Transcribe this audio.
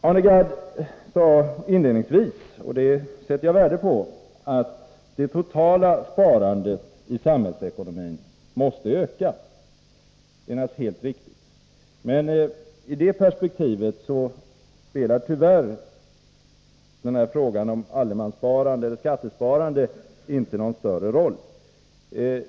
Arne Gadd sade inledningsvis — och det sätter jag värde på — att det totala sparandet i samhällsekonomin måste öka. Det är naturligtvis helt riktigt. Men i det perspektivet spelar frågan om allemanssparande eller skattesparande tyvärr inte någon större roll.